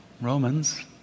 Romans